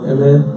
Amen